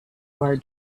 our